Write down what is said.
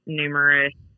numerous